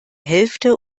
hälfte